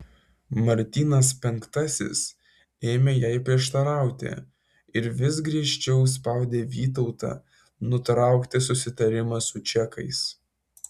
martynas penktasis ėmė jai prieštarauti ir vis griežčiau spaudė vytautą nutraukti susitarimą su čekais